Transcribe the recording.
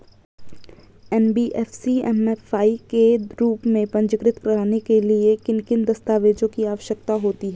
NBFC MFI के रूप में पंजीकृत कराने के लिए किन किन दस्तावेज़ों की आवश्यकता होती है?